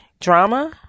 drama